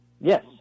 Yes